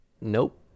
Nope